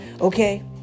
Okay